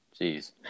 Jeez